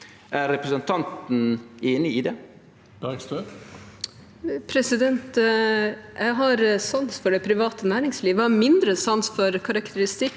Jeg har sans for det private næringslivet. Jeg har mindre sans for karakteristikker